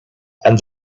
and